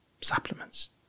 Supplements